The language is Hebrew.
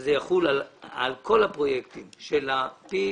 שזה יחול על כל הפרויקטים של ה-PPP